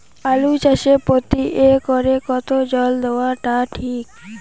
আলু চাষে প্রতি একরে কতো জল দেওয়া টা ঠিক?